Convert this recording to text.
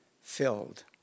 filled